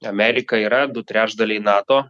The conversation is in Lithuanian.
amerika yra du trečdaliai nato